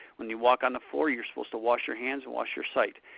when you walk on the floor, you're supposed to wash your hands, and wash your site.